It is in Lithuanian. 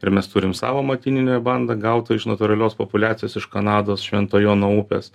ir mes turim savo motininę bandą gautą iš natūralios populiacijos iš kanados švento jono upės